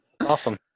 Awesome